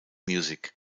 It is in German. music